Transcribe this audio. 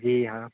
جی ہاں